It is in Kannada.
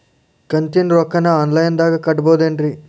ಕಂತಿನ ರೊಕ್ಕನ ಆನ್ಲೈನ್ ದಾಗ ಕಟ್ಟಬಹುದೇನ್ರಿ?